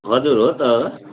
हजुर हो त